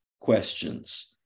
questions